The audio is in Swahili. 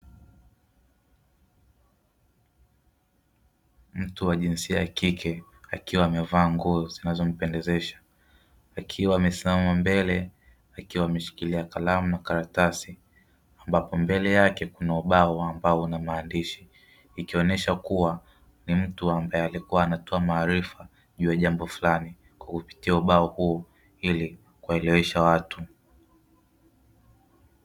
Mtu wa jinsia ya kike akiwa amevaa nguo zinazo mpendezesha, akiwa amesimama mbele akiwa ameshikilia kalamu na karatasi ambapo mbele yake kuna ubao ambao una maandishi, ikionyesha kuwa ni mtu ambaye alikuwa natoa maarifa juu ya jambo fulani kwa kupipitia ubao huo ili kuelimisha watu.